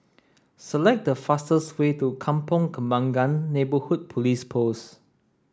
select the fastest way to Kampong Kembangan Neighbourhood Police Post